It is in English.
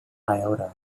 iota